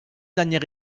dernier